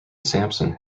sampson